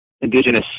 indigenous